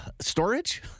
Storage